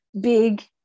big